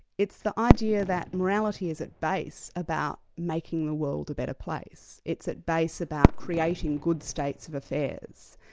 it's the idea that morality is at base about making the world a better place it's at base about creating good states of affairs,